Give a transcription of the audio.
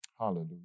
Hallelujah